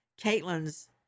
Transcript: Caitlin's